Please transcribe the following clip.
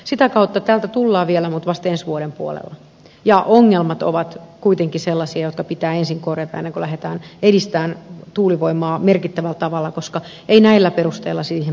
sitä kautta täältä tullaan vielä mutta vasta ensi vuoden puolella ja ongelmat ovat kuitenkin sellaisia jotka pitää ensin korjata ennen kuin lähdetään edistämään tuulivoimaa merkittävällä tavalla koska ei näillä perusteilla siihen pystytä